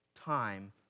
time